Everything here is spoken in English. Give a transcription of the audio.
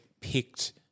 picked